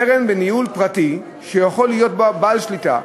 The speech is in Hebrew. קרן בניהול פרטי, שיכול להיות בה בעל שליטה,